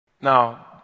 Now